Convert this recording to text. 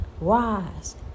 Rise